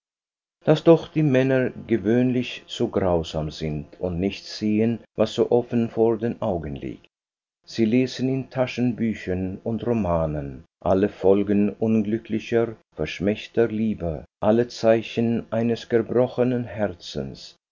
daß doch die männer gewöhnlich so grausam sind und nicht sehen was so offen vor den augen liegt sie lesen in taschenbüchern und romanen alle folgen unglücklicher verschmähter liebe alle zeichen eines gebrochenen herzens